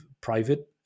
private